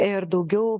ir daugiau